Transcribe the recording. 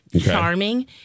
charming